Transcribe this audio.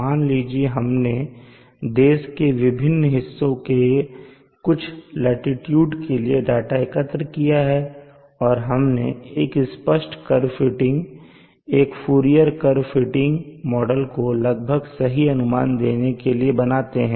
मान लीजिए हमने देश के विभिन्न हिस्सों में कुछ लाटीट्यूड के लिए डाटा एकत्र किया है और हम एक स्पष्ट कर्व फिटिंग एक फूरियर कर्व फिटिंग मॉडल को लगभग सही अनुमान देने के लिए बनाते हैं